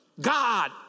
God